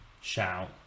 shout